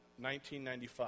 1995